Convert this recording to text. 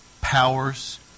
powers